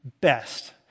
best